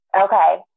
Okay